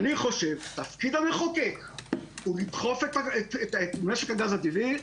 אני חושב שתפקיד המחוקק הוא לדחוף את משק הגז הטבעי,